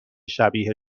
شبیه